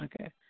Okay